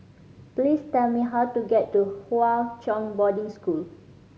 please tell me how to get to Hwa Chong Boarding School